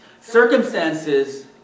Circumstances